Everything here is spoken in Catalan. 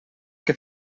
que